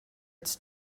its